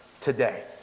today